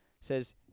says